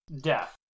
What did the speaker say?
death